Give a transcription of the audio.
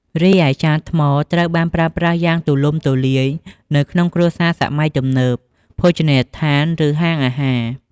រីឯចានថ្មត្រូវបានប្រើប្រាស់យ៉ាងទូលំទូលាយនៅក្នុងគ្រួសារសម័យទំនើប ភោជនីយដ្ឋាន ឬហាងអាហារ។